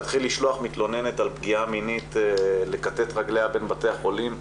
להתחיל לשלוח מתלוננת על פגיעה מינית לכתת רגליה בין בתי החולים,